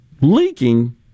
Leaking